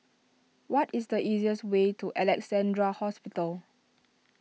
what is the easiest way to Alexandra Hospital